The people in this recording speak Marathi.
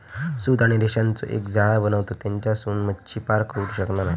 सूत आणि रेशांचो एक जाळा बनवतत तेच्यासून मच्छी पार जाऊ शकना नाय